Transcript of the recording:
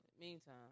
meantime